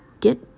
get